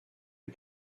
les